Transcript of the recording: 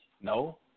No